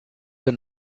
the